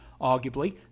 Arguably